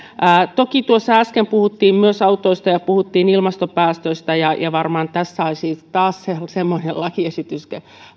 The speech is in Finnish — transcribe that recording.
toki äsken puhuttiin myös autoista ja puhuttiin ilmastopäästöistä ja ja varmaan tässä olisi taas semmoinen lakiesitys